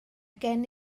gen